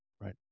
Right